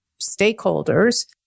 stakeholders